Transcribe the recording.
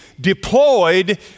deployed